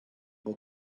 book